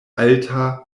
alta